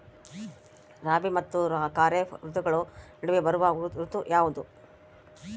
ರಾಬಿ ಮತ್ತು ಖಾರೇಫ್ ಋತುಗಳ ನಡುವೆ ಬರುವ ಋತು ಯಾವುದು?